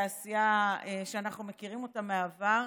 התעשייה שאנחנו מכירים אותה מהעבר.